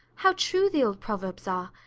how true the old proverbs are.